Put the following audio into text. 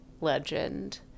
legend